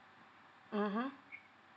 mmhmm